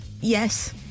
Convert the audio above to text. yes